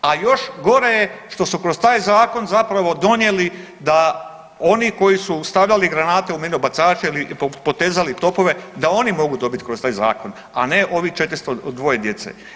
A još gore je što su kroz taj zakon zapravo donijeli da oni koji su stavljali granate u minobacače ili potezali topove da oni mogu dobit kroz taj zakon, a ne ovih 402 djece.